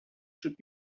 should